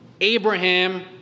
Abraham